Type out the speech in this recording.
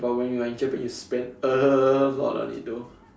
but when you are in Japan you spend a lot on it though